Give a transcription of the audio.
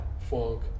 Funk